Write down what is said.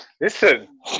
Listen